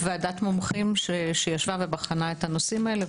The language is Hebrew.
ועדת מומחים שבחנה את הנושאים האלה.